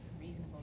Reasonable